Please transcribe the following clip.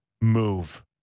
move